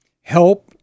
help